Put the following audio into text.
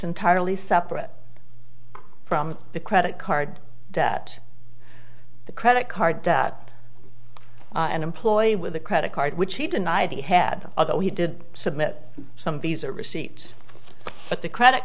entirely separate from the credit card debt the credit card that an employee with a credit card which he denied he had other he did submit some visa receipt but the credit